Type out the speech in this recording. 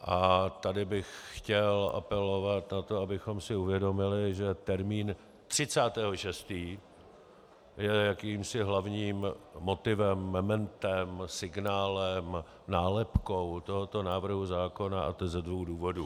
A tady bych chtěl apelovat na to, abychom si uvědomili, že termín 30. 6. je jakýmsi hlavním motivem, mementem, signálem, nálepkou tohoto návrhu zákona, a to ze dvou důvodů.